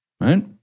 right